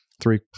three